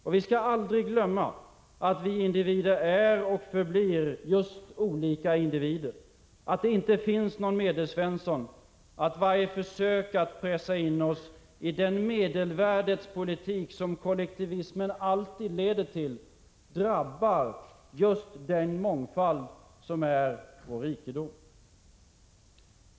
Och vi skall aldrig glömma, att vi individer är och förblir just olika individer, att det inte finns någon Medelsvensson, och att varje försök att pressa in oss i den medelvärdets politik som kollektivismen alltid leder till drabbar just den mångfald som är vår rikedom.